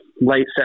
late